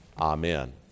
amen